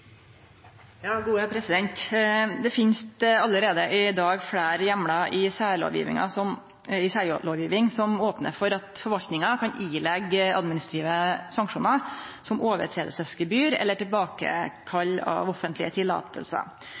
Det finst allereie i dag fleire heimlar i særlovgjeving som opnar for at forvaltninga kan ileggje administrative sanksjonar, som overtredingsgebyr eller tilbakekalling av offentlege